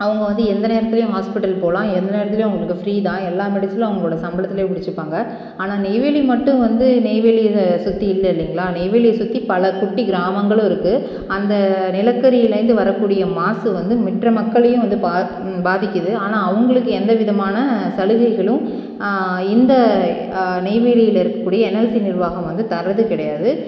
அவங்கள் வந்து என்ன நேரத்தலேயும் ஹாஸ்பிடல் போகலாம் எந்த நேரத்திலும் அவர்களுக்கு ஃப்ரீ தான் என்ன மெடிசனும் அவர்களோட சம்பளத்தில் பிடிச்சுப்பாங்க ஆனால் நெய்வேலி மட்டும் வந்து நெய்வேலியில் சுற்றி இருக்குது இல்லைங்களா நெய்வேலி சுற்றி பல குட்டி கிராமங்கள் இருக்குது அந்த நிலக்கரியில் இருந்து வரக்கூடிய மாசு வந்து மற்ற மக்களையும் பாதிக்குது ஆனால் அவங்குளுக்கு எந்தவிதமான சலுகைகளும் இந்த நெய்வேலியில் இருக்கக்கூடிய என்எல்சி நிறுவனம் வந்து தர்றது கிடையாது